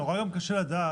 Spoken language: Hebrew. היום נורא קשה לדעת,